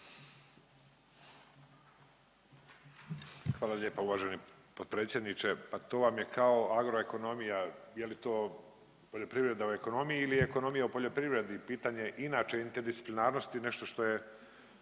Hvala lijepa uvaženi potpredsjedniče. Pa to vam je kao agroekonomija, je li to poljoprivreda u ekonomiji ili ekonomija u poljoprivredi, pitanje inače interdisciplinarnosti je nešto što je